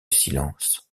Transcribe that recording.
silence